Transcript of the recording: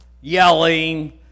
yelling